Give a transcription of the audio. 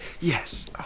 Yes